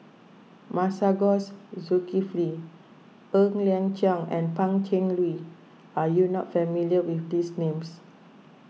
Masagos Zulkifli Ng Liang Chiang and Pan Cheng Lui are you not familiar with these names